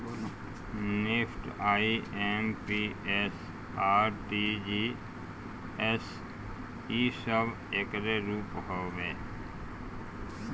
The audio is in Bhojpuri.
निफ्ट, आई.एम.पी.एस, आर.टी.जी.एस इ सब एकरे रूप हवे